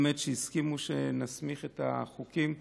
שבאמת הסכימו שנסמיך את החוקים בהצגה.